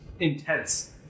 intense